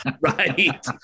right